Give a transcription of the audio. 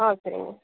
ஆ சரிங்க